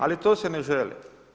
Ali to se ne želi.